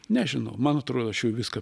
nežinau man atrodo aš jau viską